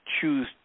choose